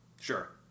Sure